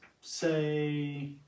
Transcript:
say